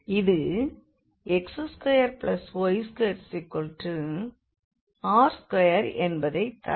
இது x2y2r2 என்பதைத்தரும்